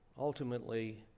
Ultimately